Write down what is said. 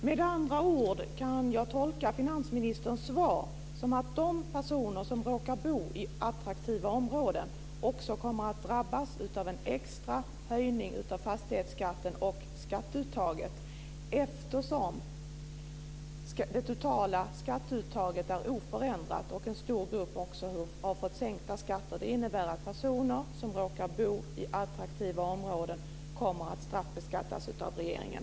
Fru talman! Med andra ord tolkar jag finansministerns svar så att de personer som råkar bo i attraktiva områden också kommer att drabbas av en extra höjning av fastighetsskatten och skatteuttaget, eftersom det totala skatteuttaget är oförändrat och en stor grupp också har fått sänkta skatter. Det innebär att personer som råkar bo i attraktiva områden kommer att straffbeskattas av regeringen.